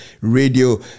Radio